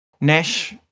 Nash